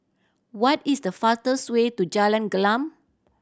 what is the fastest way to Jalan Gelam